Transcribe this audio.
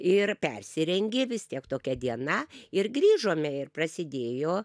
ir persirengi vis tiek tokia diena ir grįžome ir prasidėjo